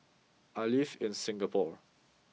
I live in Singapore